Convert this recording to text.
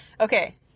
Okay